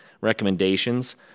recommendations